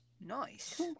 Nice